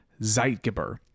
Zeitgeber